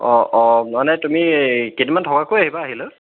অঁ অঁ মানে তুমি কেইদিনমান থকাকৈ আহিবা আহিলে